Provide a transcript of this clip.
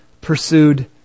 pursued